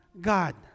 God